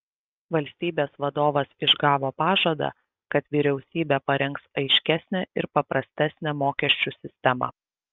valstybės vadovas išgavo pažadą kad vyriausybė parengs aiškesnę ir paprastesnę mokesčių sistemą